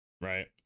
Right